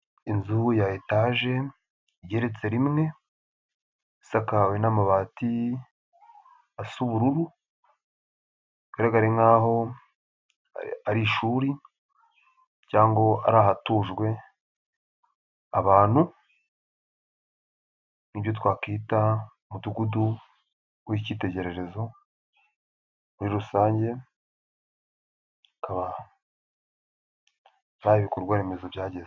Inzu ya etaje igereretse rimwe, isakawe n'amabati asa ubururu, bugaragare nkaho ari ishuri cyangwa ari ahatujwe abantu nk'ibyo twakwita mudugudu w'icyitegererezo muri rusange, hakababa hari ibikorwa remezo byagezweho.